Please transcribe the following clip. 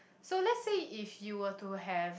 so let say if you were to have